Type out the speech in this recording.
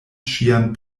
ŝian